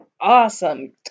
Awesome